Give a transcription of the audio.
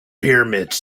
pyramids